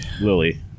Lily